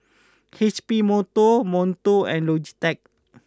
H P Monto Monto and Logitech